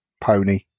pony